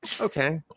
okay